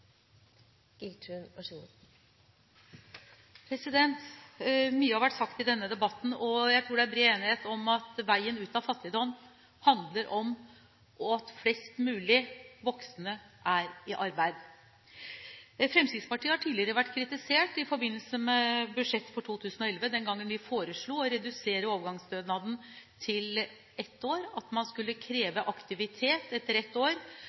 jeg tror det er bred enighet om at veien ut av fattigdom handler om at flest mulig voksne er i arbeid. Fremskrittspartiet har tidligere blitt kritisert – i forbindelse med budsjettet for 2011, da vi foreslo å redusere overgangsstønaden til ett år, at man skulle kreve aktivitet etter ett år.